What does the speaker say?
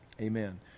Amen